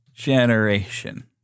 Generation